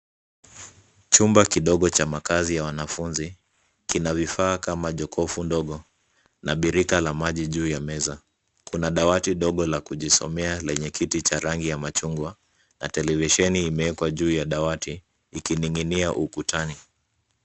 Chumba kidogo cha makazi ya wanafunzi kina vifaa kama jokofu ndogo na birika la maji juu ya meza. Kuna dawati ndogo la kujisomea lenye kiti cha rangi ya machungwa na televisheni imewekwa juu ya dawati ikining'inia ukutani.